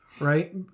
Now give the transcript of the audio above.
right